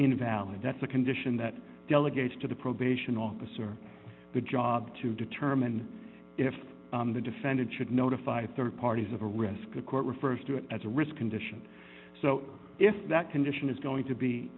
invalid that's a condition that delegates to the probation officer the job to determine if the defendant should notify the rd parties of a risk a court refers to it as a risk condition so if that condition is going